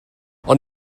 ond